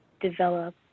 develop